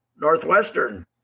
Northwestern